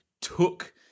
took